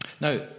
Now